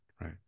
right